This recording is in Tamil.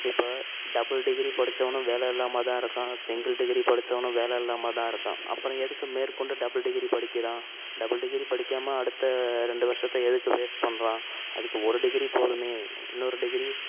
இப்போ டபுள் டிகிரி படித்தவனும் வேலை இல்லாமல்தான் இருக்கான் சிங்கிள் டிகிரி படித்தவனும் வேலை இல்லாமல்தான் இருக்கான் அப்புறம் எதுக்கு மேற்கொண்டு டபுள் டிகிரி படிக்கிறான் டபுள் டிகிரி படிக்காமல் அடுத்த ரெண்டு வருஷத்தை எதுக்கு வேஸ்ட் பண்ணுறான் அதுக்கு ஒரு டிகிரி போதுமே இன்னொரு டிகிரி